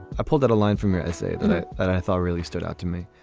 i pulled out a line from your essay that i thought really stood out to me.